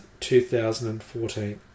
2014